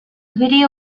video